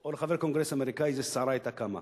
או לחבר קונגרס אמריקני, איזו סערה היתה קמה.